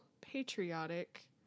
patriotic